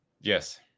Yes